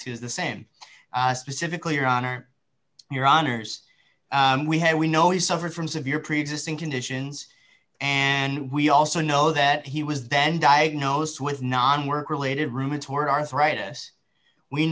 to the same specifically your honor your honors we had we know he suffered from severe preexisting conditions and we also know that he was then diagnosed with non work related rheumatoid